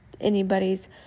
anybody's